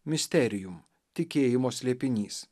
misterijum tikėjimo slėpinys